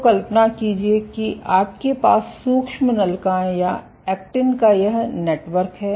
तो कल्पना कीजिए कि आपके पास सूक्ष्मनलिकाएं या एक्टिन का यह नेटवर्क है